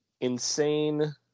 insane